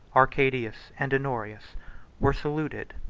arcadius and honorius were saluted,